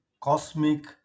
cosmic